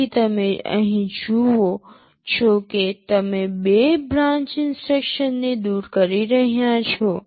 તેથી તમે અહીં જુઓ છો કે તમે બે બ્રાન્ચ ઇન્સટ્રક્શન ને દૂર કરી રહ્યા છો